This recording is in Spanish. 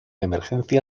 emergencia